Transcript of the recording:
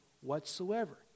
whatsoever